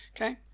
okay